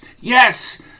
Yes